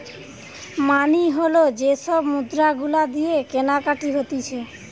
মানি হল যে সব মুদ্রা গুলা দিয়ে কেনাকাটি হতিছে